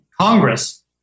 Congress